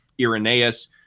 irenaeus